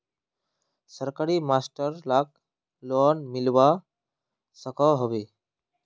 सरकारी master lakh loan मिलवा सकोहो होबे?